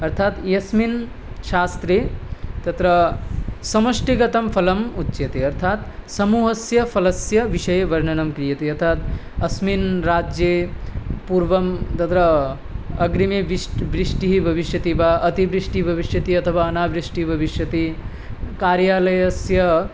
अर्थात् यस्मिन् शास्त्रे तत्र समष्टिगतं फलम् उच्यते अर्थात् समूहस्य फलस्य विषये वर्णनं क्रियते यथा अस्मिन् राज्ये पूर्वं तत्र अग्रिमे विष्ट् वृष्टिः भविष्यति वा अतिवृष्टिः भविष्यति अथवा अनावृष्टिः भविष्यति कार्यालयस्य